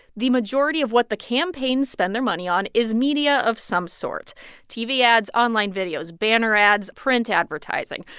the majority of what the campaigns spend their money on is media of some sort tv ads, online videos, banner ads, print advertising,